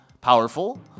powerful